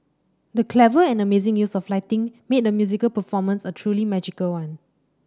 the clever and amazing use of lighting made a musical performance a truly magical one